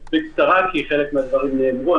בקצרה, כי חלק מן הדברים נאמרו.